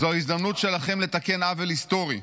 זו ההזדמנות שלכם לתקן עוול היסטורי.